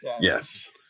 yes